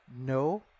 No